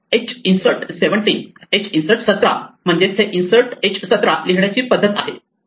इन्सर्ट17 म्हणजेच हे insert h17 ही लिहिण्याची साधारण पद्धत आहे